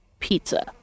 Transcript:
Pizza